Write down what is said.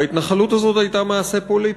וההתנחלות הזאת הייתה מעשה פוליטי,